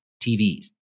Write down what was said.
TVs